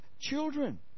children